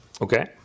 Okay